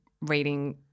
reading